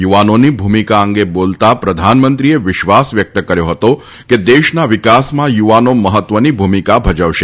યુવાનોની ભૂમિકા અંગે બોલતા પ્રધાનમંત્રીએ વિશ્વાસ વ્યક્ત કર્યો હતો કે દેશના વિકાસમાં યુવાનો મહત્વની ભૂમિકા ભજવશે